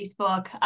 Facebook